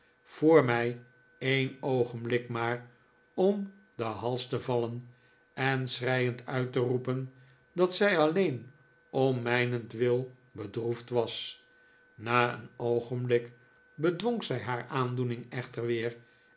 door mij een oogenblik maar om den hals te vallen en schreiend uit te roepen dat zij alleen om mijnentwil bedroefd was na een oogenblik bedwong zij haar aandoening echter weer